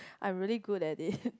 I'm really good at it